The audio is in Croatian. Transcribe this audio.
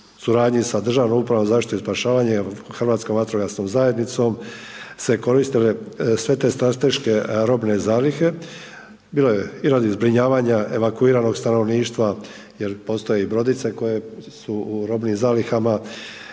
u suradnji sa Državnom upravom za zaštitu i spašavanje, Hrvatskom vatrogasnom zajednicom se koristile sve te strateške robne zalihe, bilo je i radi zbrinjavanja evakuiranog stanovništva, jer postoje brodice koje su u robnim zalihama.